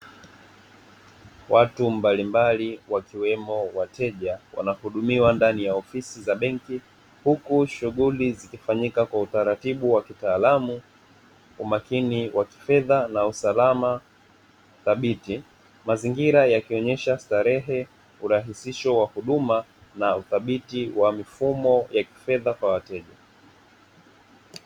Watu mbalimbali wakiwemo wateja wanahudumiwa ndani ya ofisi za benki huku shughuli zikifanyika kwa utaratibu wa kitaalamu, umakini wa kifedha na usalama thabiti. Mazingira yakionyesha starehe, urahisisho wa huduma na uthabiti wa mifumo ya kifedha kwa wateja.